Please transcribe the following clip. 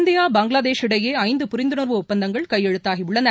India Bangladesh இடையேஐந்து புரிந்துணர்வு ஒப்பந்தங்கள் கையெழுத்தாகியுள்ளன